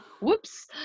Whoops